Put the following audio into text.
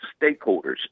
stakeholders